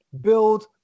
build